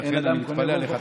ולכן אני מתפלא עליך,